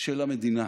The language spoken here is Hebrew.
של המדינה.